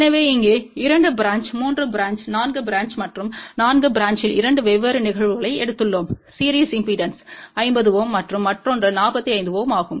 எனவே இங்கே 2 branch 3 branch 4 branch மற்றும் 4 பிரான்ச்யில் இரண்டு வெவ்வேறு நிகழ்வுகளை எடுத்துள்ளோம் சீரிஸ் இம்பெடன்ஸ் 50 Ω மற்றும் மற்றொன்று 45 Ω ஆகும்